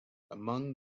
among